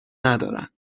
ندارن